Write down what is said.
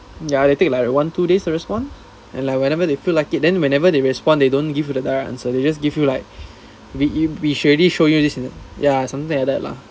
ya they take like one two days to respond and like whenever they feel like it then whenever they respond they don't give you the direct answer they just give you like we we already show you this you ya something like that lah